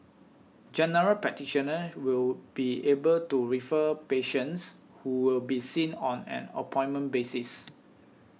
General Practitioners will be able to refer patients who will be seen on an appointment basis